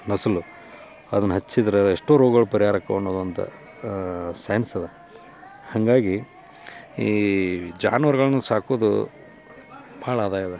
ನೊಸಲು ಅದನ್ನ ಹಚ್ಚಿದ್ರೆ ಅದು ಎಷ್ಟೋ ರೋಗಗಳು ಪರಿಹಾರ ಆಕ್ತವ್ ಅನ್ನೋದಂತ ಸೈನ್ಸ್ ಇದೆ ಹಾಗಾಗಿ ಈ ಜಾನುವಾರುಗಳನ್ನು ಸಾಕುವುದು ಭಾಳ ಆದಾಯ ಇದೆ